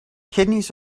kidneys